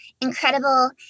incredible